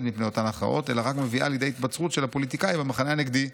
מפני אותן הכרעות אלא רק מביאה לידי התבצרות של הפוליטיקאי במחנה הנגדי,